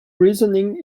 reasoning